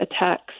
attacks